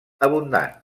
abundant